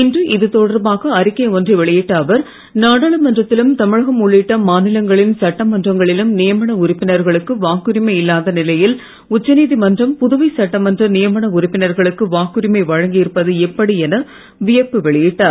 இன்று இது தொடர்பாக அறிக்கை ஒன்றை வெளியிட்ட அவர் நாடாளுமன்றத்திலும் தமிழகம் உள்ளிட்ட மாநிலங்களின் சட்டமன்றங்களிலும் நியமன உறுப்பினர்களுக்கு வாக்குரிமை இல்லாத நிலையில் உச்ச நீதிமன்றம் புதுவை சட்டமன்ற நியமன உறுப்பினர்களுக்கு வாக்குரிமை வழங்கியது எப்படி என வியப்பு வெளியிட்டார்